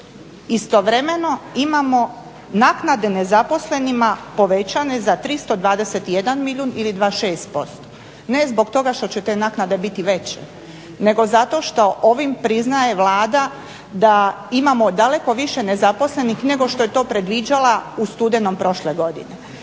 Istovremeno imamo naknade nezaposlenima povećane za 321 milijun ili 2,6%. Ne zbog toga što će te naknade biti veće nego zato što ovim priznaje Vlada da imamo daleko više nezaposlenih nego što je to predviđala u studenom prošle godine.